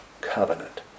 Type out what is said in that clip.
covenant